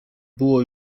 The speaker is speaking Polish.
było